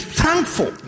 thankful